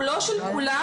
הוא לא של כולם,